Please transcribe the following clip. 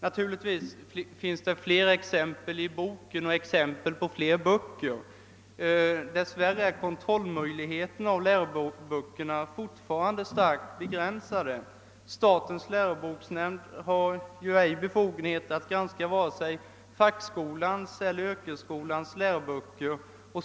Naturligtvis finns det fler exempel i boken — liksom det även finns exempel på fler böcker. Dess värre är kontrollmöjligheten när det gäller läroböckerna fortfarande starkt begränsad. Statens läroboksnämnd har sålunda ingen befogenhet att granska vare sig fackskolans eller yrkesskolans läroböcker.